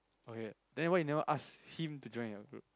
okay then why you never ask him to join your group